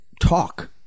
talk